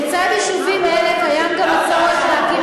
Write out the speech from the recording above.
ולצד יישובים אלה קיים גם הצורך להקים